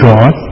God